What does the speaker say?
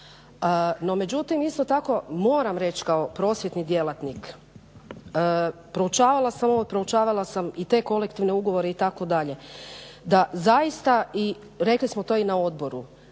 No, međutim, isto tako moram reći kao prosvjetni djelatnik, proučavala sam ovo i proučavala sam i te kolektivne ugovore itd., da zaista, i rekli smo to i na odboru,